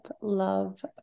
love